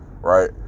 right